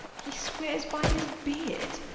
he swears by his beard.